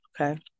Okay